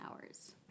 hours